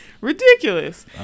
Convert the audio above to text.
Ridiculous